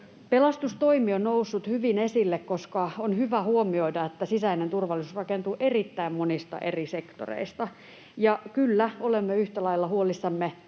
Pelastustoimi on noussut hyvin esille, koska on hyvä huomioida, että sisäinen turvallisuus rakentuu erittäin monista eri sektoreista. Ja kyllä, olemme yhtä lailla huolissamme.